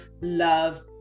love